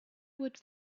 would